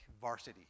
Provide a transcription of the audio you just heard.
varsity